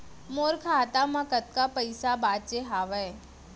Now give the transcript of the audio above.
मोर खाता मा कतका पइसा बांचे हवय?